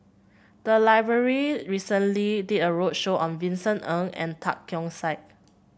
the library recently did a roadshow on Vincent Ng and Tan Keong Saik